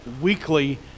weekly